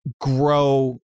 grow